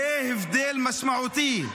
זה הבדל משמעותי.